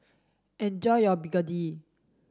enjoy your Begedil